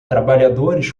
trabalhadores